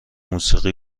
موسیقی